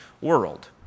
world